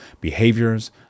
behaviors